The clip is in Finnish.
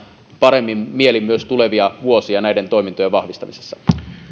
paremmin mielin myös tulevia vuosia näiden toimintojen vahvistamiseksi